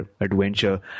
adventure